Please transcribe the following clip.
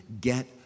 get